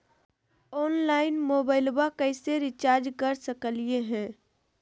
Online मोबाइलबा कैसे recharge कर सकलिए है?